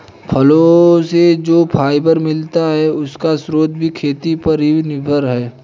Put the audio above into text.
फलो से जो फाइबर मिलता है, उसका स्रोत भी खेती पर ही निर्भर है